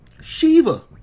Shiva